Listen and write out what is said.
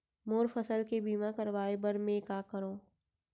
मोर फसल के बीमा करवाये बर में का करंव?